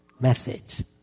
message